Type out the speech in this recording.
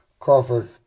Crawford